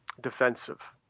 defensive